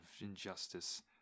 injustice